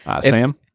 Sam